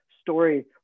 story